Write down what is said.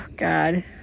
God